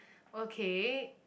okay